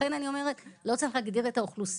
לכן אני אומרת שלא צריך להגדיר את האוכלוסייה,